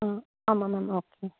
ஆ ஆமாம் ma'am okay